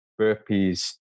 burpees